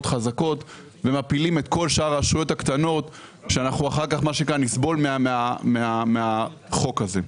חזקות ומפילים את כל שאר הרשויות הקטנות שאנחנו אחר כך נסבול מהחוק הזה.